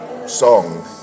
Song